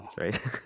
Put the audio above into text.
right